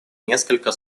несколько